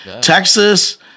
Texas